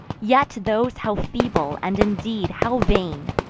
yet those how feeble, and, indeed, how vain,